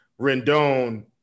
Rendon